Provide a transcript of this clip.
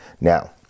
Now